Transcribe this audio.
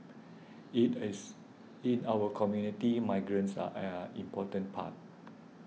in as in our community migrants are an important part